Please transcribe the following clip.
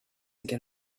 again